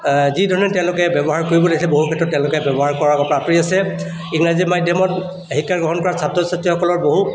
যি ধৰণে তেওঁলোকে ব্যৱহাৰ কৰিব লাগিছিলে বহু ক্ষেত্ৰত তেওঁলোকে ব্যৱহাৰ কৰাৰপৰা আঁতৰি আছে ইংৰাজী মাধ্যমত শিক্ষাগ্ৰহণ কৰা ছাত্ৰ ছাত্ৰীসকলৰ বহু